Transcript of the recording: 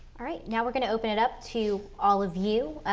alright. now we're going to open it up to all of you.